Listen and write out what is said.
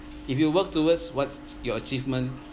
if you work towards what your achievement